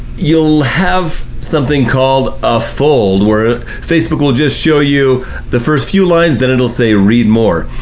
you'll have something called a fold, where facebook will just show you the first few lines, then it will say read more.